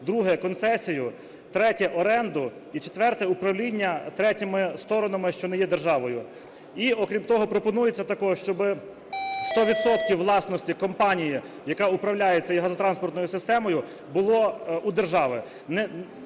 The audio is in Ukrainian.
друге – концесію, третє – оренду і четверте – управління третіми сторонами, що не є державою. І крім того, пропонується також, щоб 100 відсотків власності компанії, яка управляє цією газотранспортною системою, було у держави.